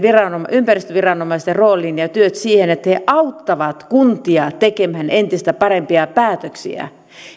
ympäristöviranomaisten roolia ja työtä myöskin siihen että he auttavat kuntia tekemään entistä parempia päätöksiä